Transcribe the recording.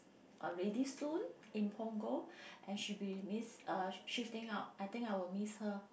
uh ready soon in Punggol and she be miss uh shifting out I think I'll miss her